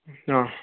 હં